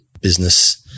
business